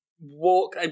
walk